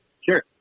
Sure